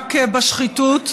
למאבק בשחיתות.